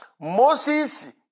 Moses